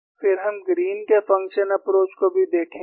फिर हम ग्रीन के फंक्शन अप्रोच को भी देखेंगे